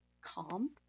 calm